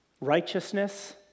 Righteousness